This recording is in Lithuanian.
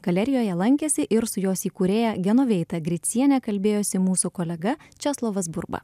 galerijoje lankėsi ir su jos įkūrėja genoveita griciene kalbėjosi mūsų kolega česlovas burba